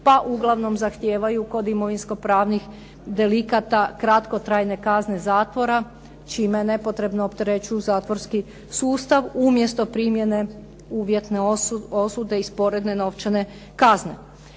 pa uglavnom zahtijevaju kod imovinskopravnih delikata kratkotrajne kazne zatvora, čime nepotrebno opterećuju zatvorski sustav umjesto primjene uvjetne osude i sporedne novčane kazne.